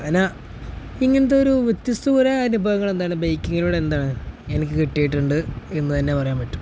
അതിനെ ഇങ്ങനത്തെ ഒരു വ്യത്യസ്ത കുറേ അനുഭവങ്ങളെന്താണ് ബൈക്കിങ്ങിലൂടെ എന്താണ് എനിക്ക് കിട്ടിയിട്ടുണ്ട് എന്നുതന്നെ പറയാൻ പറ്റും